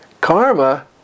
karma